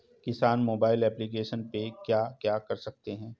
किसान mobile application पे क्या क्या कर सकते हैं?